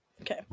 Okay